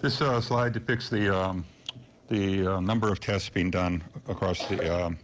this ah slide depicts the um the number of tests being done across the um